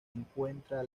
encuentra